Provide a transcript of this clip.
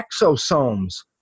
exosomes